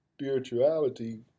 spirituality